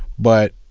but,